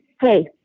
Hey